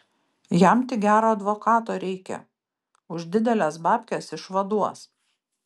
jam tik gero advokato reikia už dideles babkes išvaduos